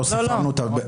לא תיקח אותי לכלום,